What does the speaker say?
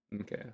okay